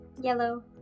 yellow